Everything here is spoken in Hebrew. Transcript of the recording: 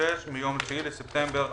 366 מיום 9 בספטמבר 2020,